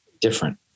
different